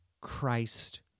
Christ